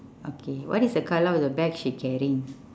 okay what is the colour of the bag she carrying